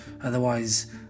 otherwise